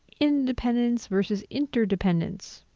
independence versus interdependence.